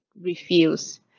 refuse